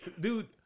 Dude